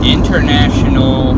International